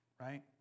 right